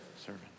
servant